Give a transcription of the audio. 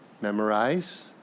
Memorize